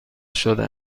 شده